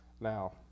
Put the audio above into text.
Now